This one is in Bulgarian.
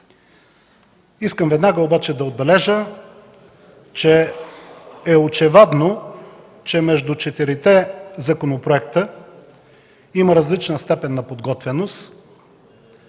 обаче веднага да отбележа, че е очевадно, че между четирите законопроекта има различна степен на подготвеност.